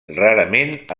rarament